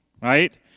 right